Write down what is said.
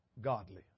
godly